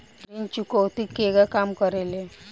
ऋण चुकौती केगा काम करेले?